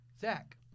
Zach